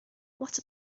what